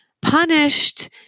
punished